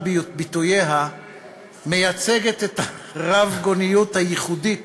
ביטוייה מייצגת את הרבגוניות הייחודית